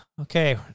Okay